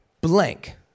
blank